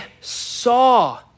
saw